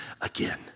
again